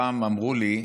פעם אמרו לי,